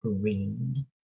green